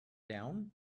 down